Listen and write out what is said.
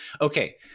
Okay